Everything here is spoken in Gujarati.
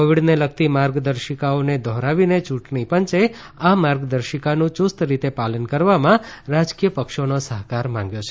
કોવિડને લગતી માર્ગદર્શિકાઓને દોહરાવીને ચૂંટણી પંચે આ માર્ગદર્શિકાનું ચુસ્ત રીતે પાલન કરવામાં રાજકીય પક્ષોનો સહકાર માગ્યો છે